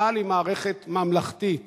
צה"ל הוא מערכת ממלכתית.